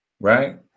Right